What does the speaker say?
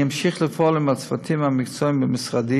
אני אמשיך לפעול עם הצוותים המקצועיים במשרדי